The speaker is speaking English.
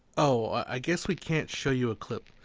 oh, i guess we can't show you a clip.